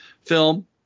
film